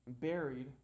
buried